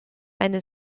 eine